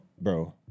bro